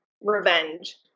revenge